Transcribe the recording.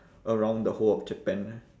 around the whole of japan